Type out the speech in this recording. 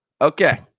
Okay